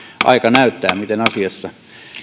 aika näyttää miten asiassa